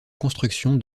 construction